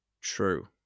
True